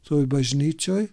toj bažnyčioj